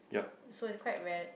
so it's quite rare